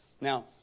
Now